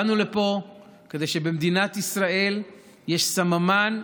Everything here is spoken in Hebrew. באנו לפה כי במדינת ישראל יש סממן,